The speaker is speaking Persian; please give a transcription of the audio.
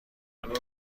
کنیم